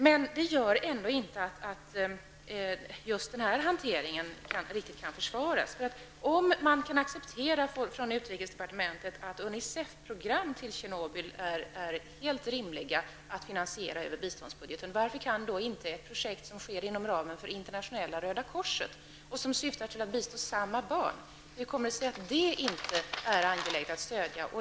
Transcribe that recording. Men detta innebär inte att denna hantering kan försvaras. Om man från utrikesdepartementets sida kan acceptera att UNICEF-programmet till Tjernobyl är helt rimligt att finansiera över biståndsbudgeten, varför kan inte ett projekt som sker inom ramen för internationella Röda korset och som syftar till att bistå samma barn vara angeläget att stödja?